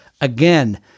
again